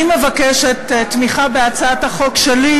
אני מבקשת תמיכה בהצעת החוק שלי,